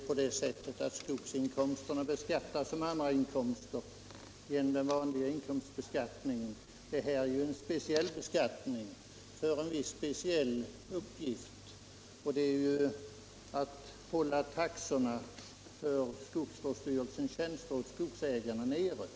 Herr talman! Skogsinkomsterna beskattas ju som andra inkomster genom den vanliga inkomstbeskattningen. Skogsvårdsavgiften är däremot en skatt för en speciell uppgift, nämligen att hålla taxorna för skogsvårdsstyrelsernas tjänster åt skogsägarna nere.